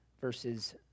Verses